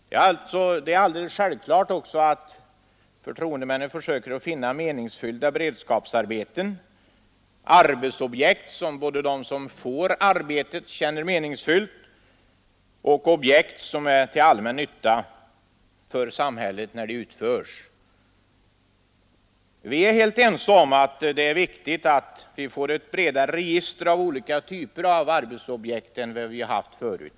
Det är också alldeles självklart att förtroendemännen försöker finna meningsfyllda beredskapsarbeten — arbetsobjekt som både känns meningsfyllda för dem som får arbetet och är till nytta för samhället när de utförs. Vi är helt ense om att det är viktigt att vi får ett bredare register när det gäller typer av arbetsobjekt än vi haft förut.